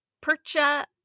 Percha